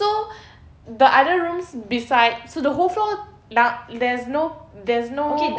so the other room beside so the whole floor there's no there's no